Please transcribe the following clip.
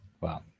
Wow